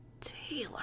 taylor